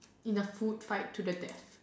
in a food fight to the death